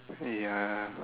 ya